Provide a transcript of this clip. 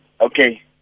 Okay